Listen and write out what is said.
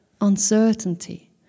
uncertainty